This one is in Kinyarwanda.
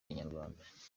inyarwanda